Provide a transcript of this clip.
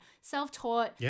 self-taught